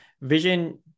vision